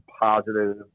positive